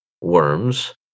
worms